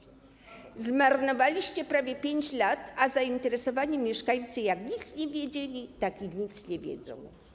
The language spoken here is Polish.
Zmarnowaliście prawie 5 lat, a zainteresowani mieszkańcy jak nic nie wiedzieli, tak nic nie wiedzą.